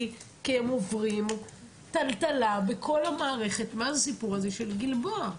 כי הם עוברים טלטלה בכל המערכת מאז הסיפור הזה של גלבוע.